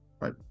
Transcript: Right